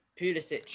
Pulisic